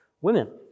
women